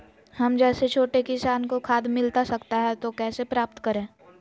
हम जैसे छोटे किसान को खाद मिलता सकता है तो कैसे प्राप्त करें?